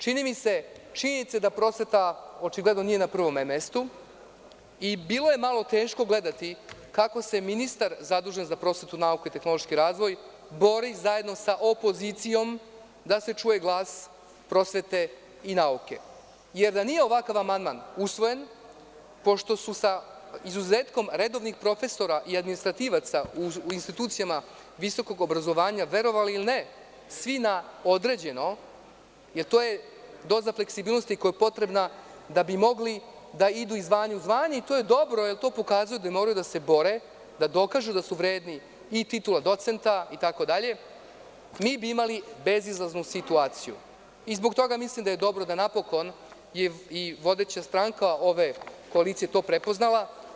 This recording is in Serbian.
Činjenica je da prosveta očigledno nije na prvom mestu i bilo je malo teško gledati kako se ministar zadužen za prosvetu, nauku i tehnološki razvoj bori zajedno sa opozicijom da se čuje glas prosvete i nauke, jer da nije ovakav amandman usvojen, pošto su sa izuzetkom redovnih profesora i administrativaca u institucijama visokog obrazovanja, verovali ili ne, svi na određeno jer to je doza fleksibilnosti koja je potrebna da bi mogli da idu iz zvanja u zvanje i to je dobro jer to pokazuje da moraju da se bore da dokažu da su vredni i titula docenta itd, mi bi imali bezizlaznu situaciju i zbog toga mislim da je dobro da je napokon i vodeća stranka ove koalicije to prepoznala.